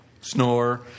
Snore